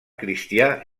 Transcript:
cristià